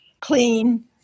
clean